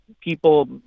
people